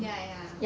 ya ya ya